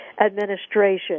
Administration